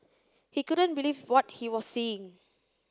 he couldn't believe what he was seeing